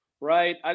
right